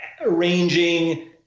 arranging